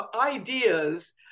ideas